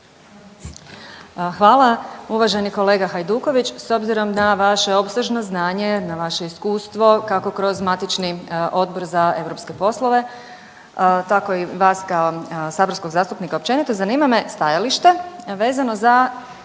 Hvala. Uvaženi kolega Hajduković s obzirom na vaše opsežno znanje, na vaše iskustvo kako kroz matični Odbor za europske poslove tako i vas kao saborskog zastupnika općenito, zanima stajalište vezano za